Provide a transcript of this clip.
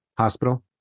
hospital